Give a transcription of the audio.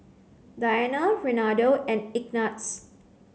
Diana Renaldo and Ignatz